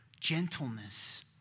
gentleness